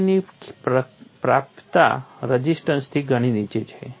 એનર્જીની પ્રાપ્યતા રઝિસ્ટન્સથી ઘણી નીચે છે